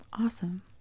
awesome